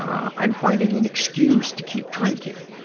i'm finding an excuse to keep drinking.